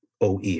OE